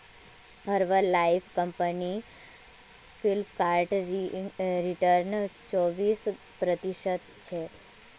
herbal life company Flipkart return चोबीस प्रतिशतछे